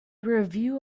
review